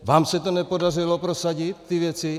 Vám se nepodařilo prosadit ty věci.